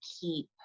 keep